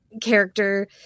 character